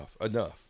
enough